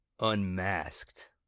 Unmasked